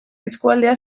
eskualdea